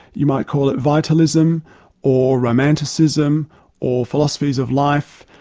you might call it vitalism or romanticism or philosophies of life,